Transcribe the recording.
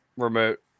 remote